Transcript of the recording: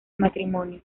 matrimonio